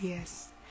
yes